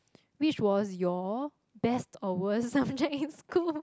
which was your best or worst subject in school